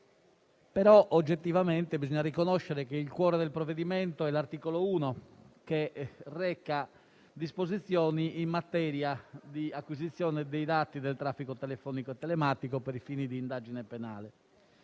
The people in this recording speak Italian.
Oggettivamente bisogna però riconoscere che il cuore del provvedimento è l'articolo 1, che reca disposizioni in materia di acquisizione dei dati del traffico telefonico e telematico per fini di indagine penale.